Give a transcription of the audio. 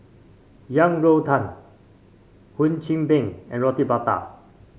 Yang Rou Tang Hum Chim Peng and Roti Prata